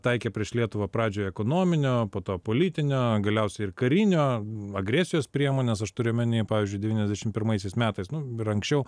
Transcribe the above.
taikė prieš lietuvą pradžioje ekonominio po to politinio galiausiai ir karinio agresijos priemones aš turiu omeny pavyzdžiui devyniasdešimt pirmaisiais metais nu ir anksčiau